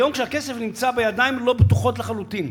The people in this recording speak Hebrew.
היום, כשהכסף נמצא בידיים לא בטוחות לחלוטין,